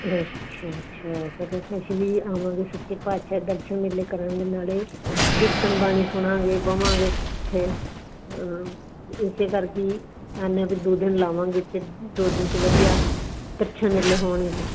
ਅੱਛਾ ਅੱਛਾ ਚਲੋ ਅਸੀਂ ਵੀ ਆਵਾਂਗੇ ਸੱਚੇ ਪਾਤਸ਼ਾਹ ਦਰਸ਼ਨ ਮੇਲੇ ਕਰਾਂਗੇ ਨਾਲੇ ਕੀਰਤਨ ਬਾਣੀ ਸੁਣਾਂਗੇ ਬਵਾਂਗੇ ਉੱਥੇ ਹਾਂ ਇਸੇ ਕਰਕੇ ਆਉਂਦੇ ਕਿ ਦੋ ਦਿਨ ਲਾਵਾਂਗੇ ਅਤੇ ਦੋ ਦਿਨ 'ਚ ਵਧੀਆ ਦਰਸ਼ਨ ਮੇਲੇ ਹੋਣਗੇ